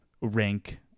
rank